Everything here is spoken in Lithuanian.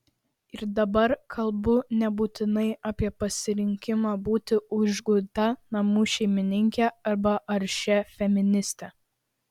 ir dabar kalbu nebūtinai apie pasirinkimą būti užguita namų šeimininke arba aršia feministe